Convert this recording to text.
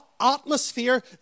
atmosphere